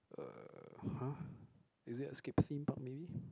uh !huh! is it Escape-Theme-Park maybe